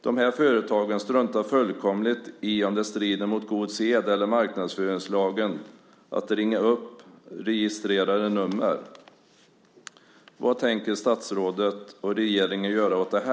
De här företagen struntar fullkomligt i om det strider mot god sed eller marknadsföringslagen att ringa upp registrerade nummer. Vad tänker statsrådet och regeringen göra åt detta?